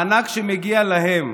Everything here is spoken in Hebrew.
מענק שמגיע להם,